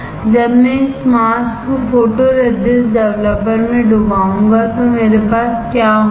जब मैं इस मास्क को फोटोरेसिस्ट डेवलपर में डुबाऊंगा तो मेरे पास क्या होगा